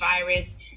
virus